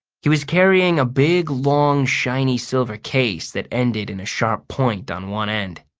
he was carrying a big long shiny silver case that ended in a sharp point on one end.